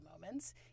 moments